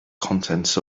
contents